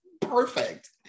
Perfect